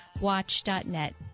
watch.net